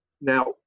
Now